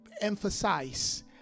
emphasize